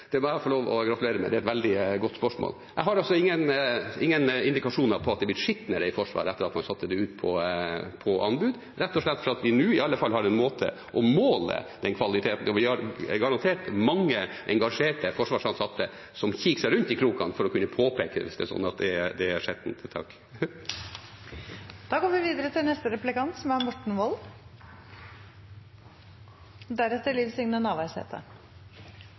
Jeg må få lov til å gratulere med et veldig godt spørsmål. Jeg har ingen indikasjoner på at det er blitt skitnere i Forsvaret etter at man satte det ut på anbud, rett og slett fordi vi nå i alle fall har en måte å måle kvaliteten på. Og jeg har notert mange engasjerte forsvarsansatte som kikker seg rundt i krokene for å kunne påpeke om det er skittent. Det kunne være fristende å spørre om forsvarsministeren har «vaska golvet» og «børi ved», men det er kanskje litt tidlig, og det er